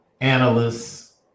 analysts